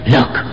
Look